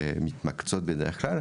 שמתמקצעות בדרך כלל,